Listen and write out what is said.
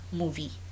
movie